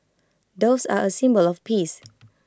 doves are A symbol of peace